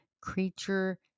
creature